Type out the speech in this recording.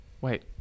wait